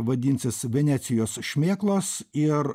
vadinsis venecijos šmėklos ir